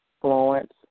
Florence